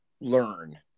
learn